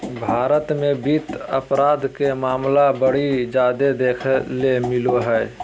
भारत मे वित्त अपराध के मामला बड़ी जादे देखे ले मिलो हय